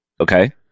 Okay